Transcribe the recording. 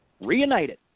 Reunited